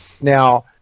now